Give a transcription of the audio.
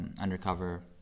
undercover